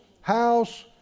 house